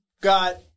got